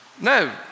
no